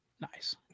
Nice